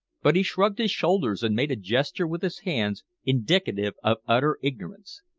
but he shrugged his shoulders, and made a gesture with his hands indicative of utter ignorance.